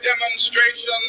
demonstration